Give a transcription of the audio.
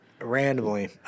randomly